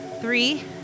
Three